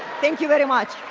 thank you very much.